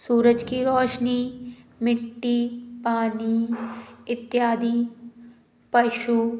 सूरज की रोशनी मिट्टी पानी इत्यादि पशु